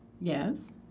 Yes